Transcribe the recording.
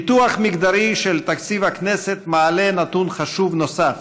ניתוח מגדרי של תקציב הכנסת מעלה נתון חשוב נוסף: